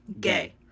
Gay